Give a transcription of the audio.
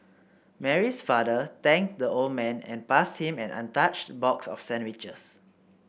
Mary's father thanked the old man and passed him an untouched box of sandwiches